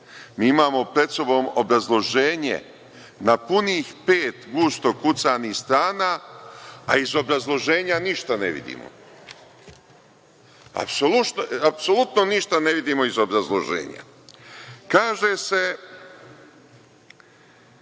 mi imamo pred sobom obrazloženje na punih pet gusto kucanih strana, a iz obrazloženja ništa ne vidimo. Apsolutno ništa ne vidimo iz obrazloženja. Kaže se